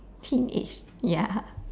teenage ya